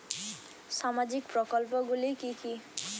সামাজিক প্রকল্প গুলি কি কি?